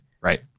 Right